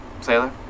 Sailor